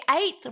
eighth